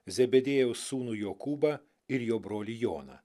zebediejaus sūnų jokūbą ir jo brolį joną